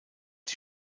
die